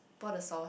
pour the sauce